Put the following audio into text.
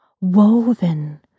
Woven